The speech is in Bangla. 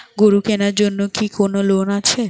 গরু কেনার জন্য কি কোন লোন আছে?